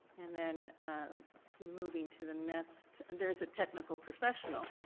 and then moving to the next and there is a technical professional.